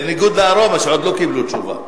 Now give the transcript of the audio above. בניגוד ל"ארומה", שעוד לא קיבלו תשובה.